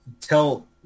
tell